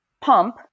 pump